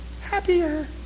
happier